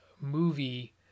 movie